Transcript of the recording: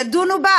ידונו בזה?